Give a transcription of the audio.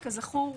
כזכור,